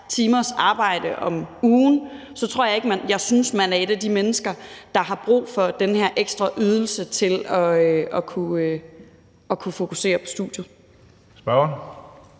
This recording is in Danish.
timers arbejde om ugen, synes jeg ikke, man er et af de mennesker, der har brug for den her ekstra ydelse til at kunne fokusere på studiet.